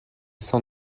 sans